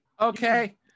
Okay